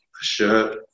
shirt